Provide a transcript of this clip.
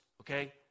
okay